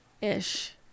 ish